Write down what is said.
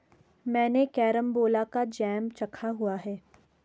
मैंने कैरमबोला का जैम चखा हुआ है